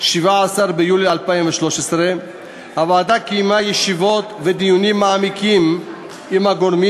17 ביולי 2013. הוועדה קיימה ישיבות ודיונים מעמיקים עם הגורמים